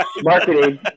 Marketing